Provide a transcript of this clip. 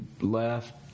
left